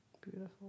Beautiful